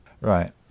Right